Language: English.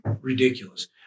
Ridiculous